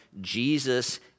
Jesus